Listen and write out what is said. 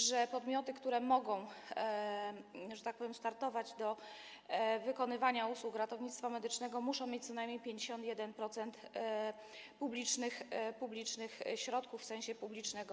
Dlaczego podmioty, które mogą, że tak powiem, startować do wykonywania usług ratownictwa medycznego, muszą mieć co najmniej 51% publicznych środków, w sensie podmiotu publicznego?